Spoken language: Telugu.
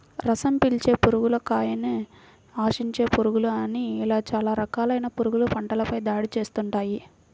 రసం పీల్చే పురుగులు, కాయను ఆశించే పురుగులు అని ఇలా చాలా రకాలైన పురుగులు పంటపై దాడి చేస్తుంటాయి